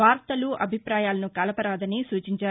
వార్తలు అభిప్రాయాలను కలపరాదని సూచించారు